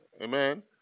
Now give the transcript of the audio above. Amen